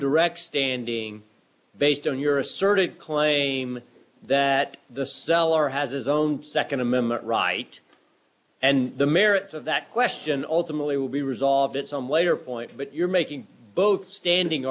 direct standing based on your asserted claim that the seller has his own nd amendment right and the merits of that question ultimately will be resolved its own later point but you're making both standing